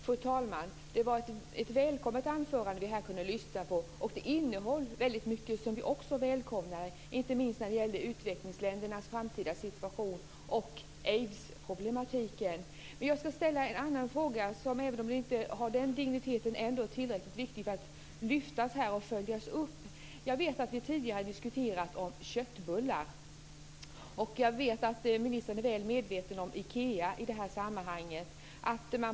Fru talman! Det var ett välkommet anförande vi kunde lyssna på här. Det innehöll väldigt mycket som vi också välkomnar, inte minst när det gäller utvecklingsländernas framtida situation och aidsproblematiken. Men jag ska ställa en annan fråga som, även om den inte har den digniteten, ändå är tillräckligt viktig för att lyftas fram här och följas upp. Jag vet att vi tidigare har diskuterat köttbullar. Jag vet att ministern är väl medveten om Ikeas roll i det här sammanhanget.